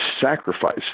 Sacrifice